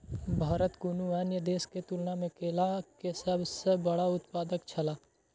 भारत कुनू अन्य देश के तुलना में केला के सब सॉ बड़ा उत्पादक छला